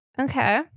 okay